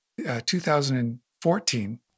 2014